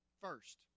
first